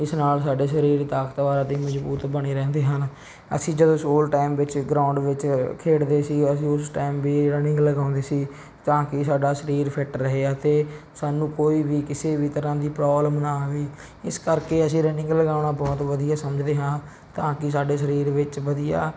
ਇਸ ਨਾਲ ਸਾਡੇ ਸਰੀਰ ਤਾਕਤਵਰ ਅਤੇ ਮਜ਼ਬੂਤ ਬਣੇ ਰਹਿੰਦੇ ਹਨ ਅਸੀਂ ਜਦੋਂ ਸਕੂਲ ਟੈਮ ਵਿੱਚ ਗਰੋਂਡ ਵਿੱਚ ਖੇਡਦੇ ਸੀ ਅਸੀਂ ਉਸ ਟੈਮ ਵੀ ਰਨਿੰਗ ਲਗਾਉਂਦੇ ਸੀ ਤਾਂ ਕਿ ਸਾਡਾ ਸਰੀਰ ਫਿੱਟ ਰਹੇ ਅਤੇ ਸਾਨੂੰ ਕੋਈ ਵੀ ਕਿਸੇ ਵੀ ਤਰ੍ਹਾਂ ਦੀ ਪ੍ਰੋਬਲਮ ਨਾ ਆਵੇ ਇਸ ਕਰਕੇ ਅਸੀਂ ਰਨਿੰਗ ਲਗਾਉਣਾ ਬਹੁਤ ਵਧੀਆ ਸਮਝਦੇ ਹਾਂ ਤਾਂ ਕਿ ਸਾਡੇ ਸਰੀਰ ਵਿੱਚ ਵਧੀਆ